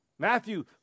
Matthew